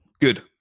good